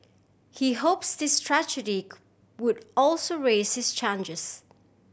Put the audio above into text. he hopes this strategy would also raise his chances